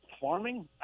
farming